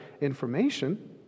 information